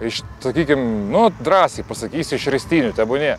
iš sakykim nu drąsiai pasakysiu iš ristynių tebūnie